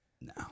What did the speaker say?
No